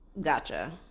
gotcha